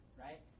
right